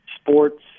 sports